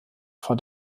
vor